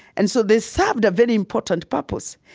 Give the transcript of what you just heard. and so they served a very important purpose.